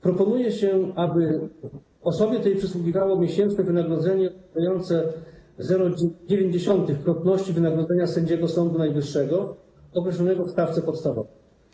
Proponuje się, aby osobie tej przysługiwało miesięczne wynagrodzenie wynoszące 0,9 płatności wynagrodzenia sędziego Sądu Najwyższego określonego w stawce podstawowej.